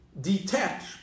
detach